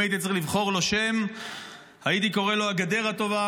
אם הייתי צריך לבחור לו שם הייתי קורא לו "הגדר הטובה",